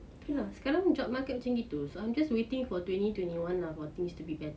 okay lah sekarang job market macam gitu so I'm just waiting for twenty twenty one ah for things to be better